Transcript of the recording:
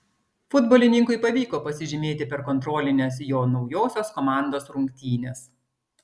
futbolininkui pavyko pasižymėti per kontrolines jo naujosios komandos rungtynes